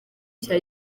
cya